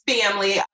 family